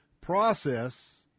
process